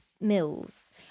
mills